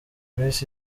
miss